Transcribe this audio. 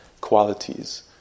qualities